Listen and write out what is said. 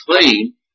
clean